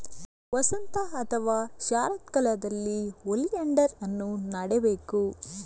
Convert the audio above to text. ವಸಂತ ಅಥವಾ ಶರತ್ಕಾಲದಲ್ಲಿ ಓಲಿಯಾಂಡರ್ ಅನ್ನು ನೆಡಬೇಕು